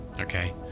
Okay